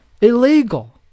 illegal